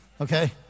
Okay